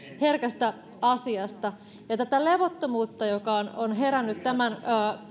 herkästä asiasta tätä levottomuutta joka on herännyt tämän